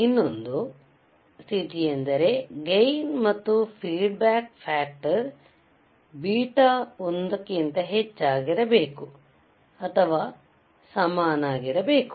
ಎರಡನೆಯ ಸ್ಥಿತಿಯೆಂದರೆ ಗೈನ್ ಮತ್ತು ಫೀಡ್ ಬಾಕ್ ಫಾಕ್ಟರ್ ಬೀಟಾ 1 ಕ್ಕಿಂತ ಹೆಚ್ಚಾಗಿರಬೇಕು ಅಥವಾ ಸಮನಾಗಿರಬೇಕು